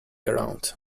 around